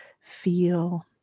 feel